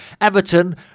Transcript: Everton